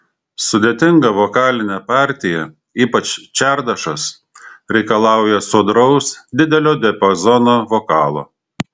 sudėtinga vokalinė partija ypač čardašas reikalauja sodraus didelio diapazono vokalo